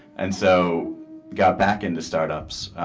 and so got back in to startups.